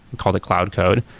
called the cloud code.